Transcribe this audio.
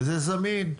וזה זמין.